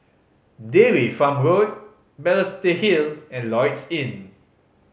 Dairy Farm Road Balestier Hill and Lloyds Inn